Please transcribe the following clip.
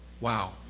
Wow